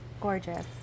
gorgeous